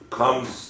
comes